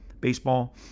baseball